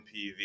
MPV